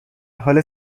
حال